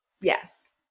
yes